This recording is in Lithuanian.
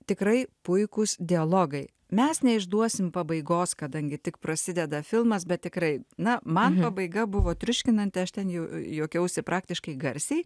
tikrai puikūs dialogai mes neišduosim pabaigos kadangi tik prasideda filmas bet tikrai na man pabaiga buvo triuškinanti aš ten jau juokiausi praktiškai garsiai